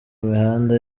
mihanda